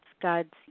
God's